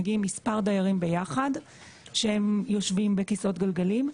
מגיעים ביחד מספר דיירים שיושבים בכיסאות גלגלים.